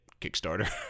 Kickstarter